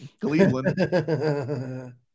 Cleveland